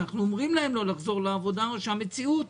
אנחנו אומרים להם לא לחזור לעבודה או שהמציאות